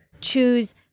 choose